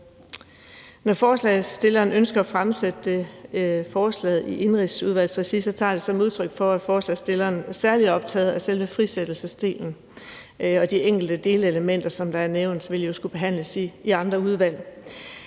Når forslagsstilleren ønsker at fremsætte forslaget i indenrigsudvalgsregi, tager jeg det som et udtryk for, at forslagsstilleren er særlig optaget af selve frisættelsesdelen. De enkelte delelementer, som er nævnt, vil jo skulle behandles i andre udvalg.